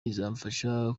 izamfasha